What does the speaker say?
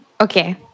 Okay